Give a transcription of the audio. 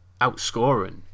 outscoring